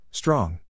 Strong